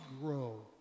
grow